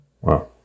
Wow